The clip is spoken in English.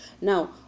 Now